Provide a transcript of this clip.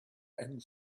and